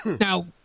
Now